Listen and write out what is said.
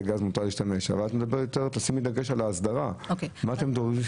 אבל תשימי דגש על ההסדרה: מה אתם דורשים